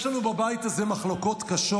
יש לנו בבית הזה מחלוקות קשות.